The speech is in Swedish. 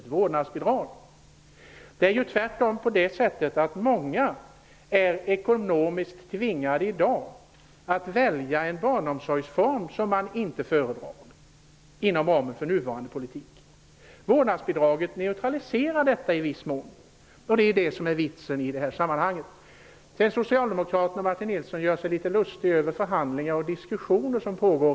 Tvärtom är många i dag, inom ramen för nuvarande politik, ekonomiskt tvingade att välja en barnomsorgsform som man inte föredrar. Vårdnadsbidraget neutraliserar detta i viss mån, och det är det som är vitsen i det här sammanhanget. Socialdemokraten Martin Nilsson gör sig litet lustig över förhandlingar och diskussioner som pågår.